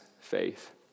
faith